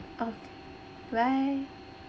oh bye